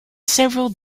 several